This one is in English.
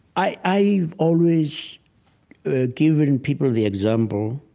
i've always ah given and people the example